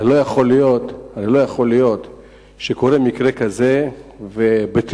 הרי לא יכול להיות שקורה מקרה כזה ובתירוצים-לא-תירוצים,